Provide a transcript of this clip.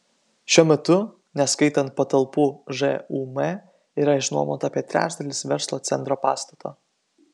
šiuo metu neskaitant patalpų žūm yra išnuomota apie trečdalis verslo centro pastato